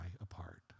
apart